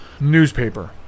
newspaper